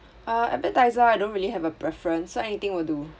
uh appetiser I don't really have a preference so anything will do